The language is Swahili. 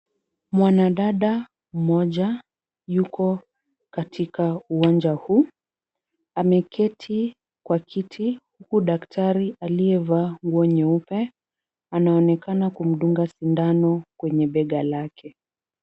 Mwanadada mmoja yuko katika uwanja huu. Ameketi kwa kiti huku daktari aliyevaa nguo nyeupe, anaonekana kumdunga sindano kwenye bega lake.